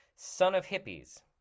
sonofhippies